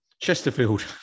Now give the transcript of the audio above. Chesterfield